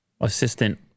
Assistant